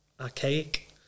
archaic